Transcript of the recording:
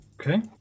Okay